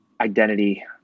identity